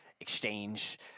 exchange